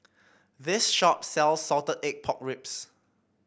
this shop sells Salted Egg Pork Ribs